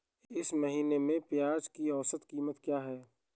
इस महीने में प्याज की औसत कीमत क्या है?